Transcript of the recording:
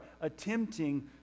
attempting